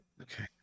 Okay